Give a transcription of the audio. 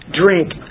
Drink